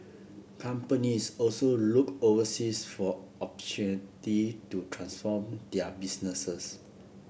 companies also looked overseas for opportunity to transform their businesses